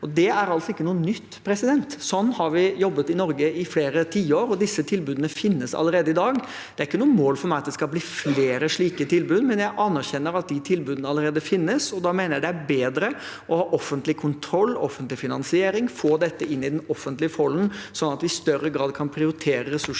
Dette er altså ikke noe nytt. Sånn har vi jobbet i Norge i flere tiår, og disse tilbudene finnes allerede i dag. Det er ikke noe mål for meg at det skal bli flere slike tilbud, men jeg anerkjenner at disse tilbudene allerede finnes, og da mener jeg det er bedre å ha offentlig kontroll, offentlig finansiering, få dette inn i den offentlige folden, sånn at vi i større grad kan prioritere ressursene